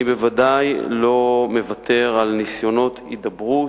אני בוודאי לא מוותר על ניסיונות הידברות.